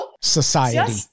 society